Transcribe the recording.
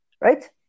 Right